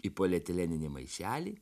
į polietileninį maišelį